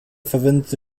verwendete